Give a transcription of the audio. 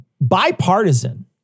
bipartisan